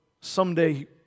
someday